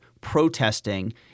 protesting